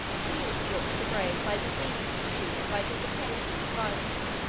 he was brought to the grave by diseases produced by dissipation and vice.